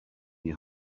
your